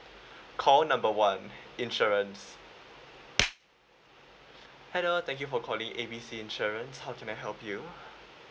call number one insurance hello thank you for calling A B C insurance how can I help you